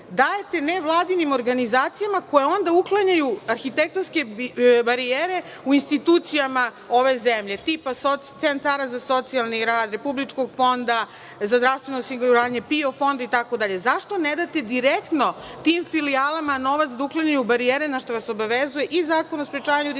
dajete nevladinim organizacijama koje onda uklanjaju arhitektonske barijere u institucijama ove zemlje, tipa centara za socijalni rad, Republičkog fonda za zdravstveno osiguranje, PIO fonda itd.Zašto ne date direktno tim filijalama novac da uklanjaju barijere na šta obavezuje i Zakon o sprečavanju